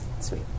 Sweet